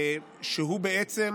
שהוא בעצם